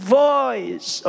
voice